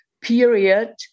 period